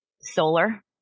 solar